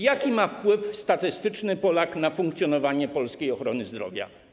Jaki wpływ ma statystyczny Polak na funkcjonowanie polskiej ochrony zdrowia?